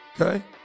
Okay